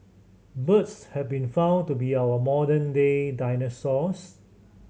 birds have been found to be our modern day dinosaurs